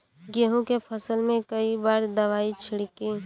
गेहूँ के फसल मे कई बार दवाई छिड़की?